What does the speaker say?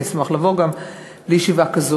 ואני אשמח לבוא גם לישיבה כזאת.